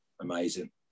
amazing